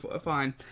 Fine